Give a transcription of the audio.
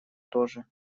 тоже